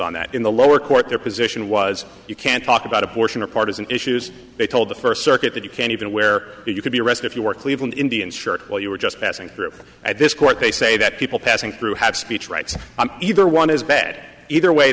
on that in the lower court their position was you can't talk about abortion or partisan issues they told the first circuit that you can even where you could be arrested if you work leave an indian shirt while you were just passing through at this point they say that people passing through had speech rights either one is bad either way